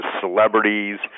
celebrities